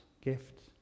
gifts